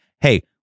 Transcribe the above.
hey